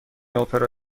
اپرا